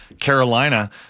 Carolina